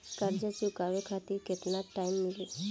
कर्जा चुकावे खातिर केतना टाइम मिली?